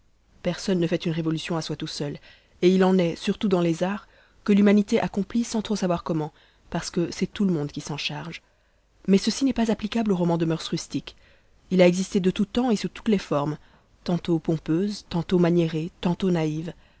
personne ne fait une révolution à soi tout seul et il en est surtout dans les arts que l'humanité accomplit sans trop savoir comment parce que c'est tout le monde qui s'en charge mais ceci n'est pas applicable au roman de murs rustiques il a existé de tout temps et sous toutes les formes tantôt pompeuses tantôt maniérées tantôt naïves